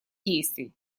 действий